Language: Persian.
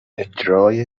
اجرای